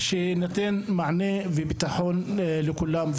שייתן מענה וביטחון לכולם.